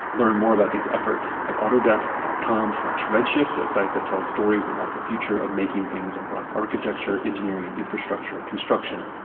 learn more about these efforts at autodesk dot com slash redshift, a site that tells stories about the future of making things across architecture, engineering, infrastructure, construction,